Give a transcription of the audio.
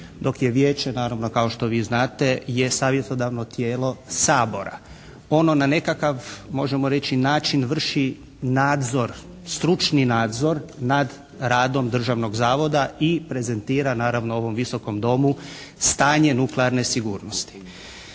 dok je Vijeće naravno kao što vi znate savjetodavno tijelo Sabora. Ono na nekakav može reći način vrši nadzor stručni nadzor nad radom Državnog zavoda i prezentira naravno ovom Visokom domu stanje nuklearne sigurnosti.